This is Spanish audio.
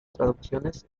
traducciones